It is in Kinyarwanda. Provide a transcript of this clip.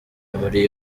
muri